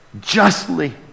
justly